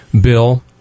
Bill